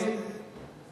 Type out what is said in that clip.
הנני מתכבדת להודיעכם,